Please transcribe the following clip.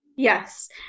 Yes